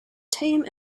tame